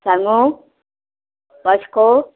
सांगूं वास्को